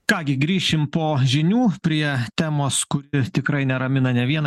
ką gi grįšim po žinių prie temos kuri tikrai neramina ne vieną